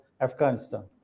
Afghanistan